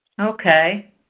Okay